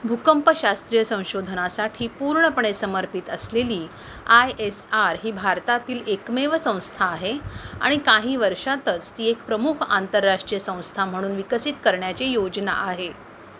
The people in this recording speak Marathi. भूकंपशास्त्रीय संशोधनासाठी पूर्णपणे समर्पित असलेली आय एस आर ही भारतातील एकमेव संस्था आहे आणि काही वर्षांतच ती एक प्रमुख आंतरराष्ट्रीय संस्था म्हणून विकसित करण्याची योजना आहे